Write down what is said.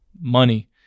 money